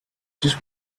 just